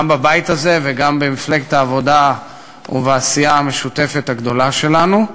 גם בבית הזה וגם במפלגת העבודה ובעשייה המשותפת הגדולה שלנו,